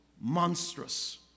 monstrous